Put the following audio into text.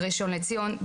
בראשון לציון,